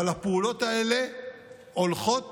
אבל הפעולות האלה הולכות